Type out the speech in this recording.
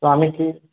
তো আমি কি